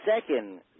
second